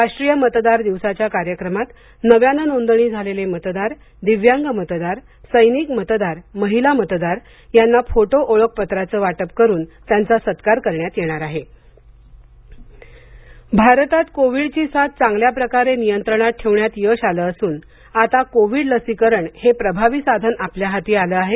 राष्ट्रीय मतदार दिवसाच्या कार्यक्रमात नव्यानं नोंदणी झालेले मतदार दिव्यांग मतदार सैनिक मतदार महिला मतदार यांना फोटो ओळखपत्राचे वाटप करून त्यांचा सत्कार करण्यात येणार आहे लसीकरण बंग भारतात कोविडची साथ चांगल्याप्रकारे नियंत्रणात ठेवण्यात यश आले असून आता कोविड लसीकरण हे प्रभावी साधन आपल्या हाती आले आहे